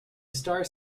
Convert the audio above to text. star